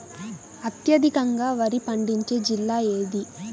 అత్యధికంగా వరి పండించే జిల్లా ఏది?